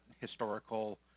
historical